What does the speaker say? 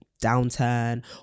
downturn